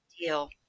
deal